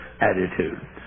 attitude